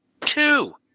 Two